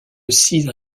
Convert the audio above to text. cidre